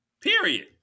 Period